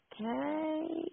Okay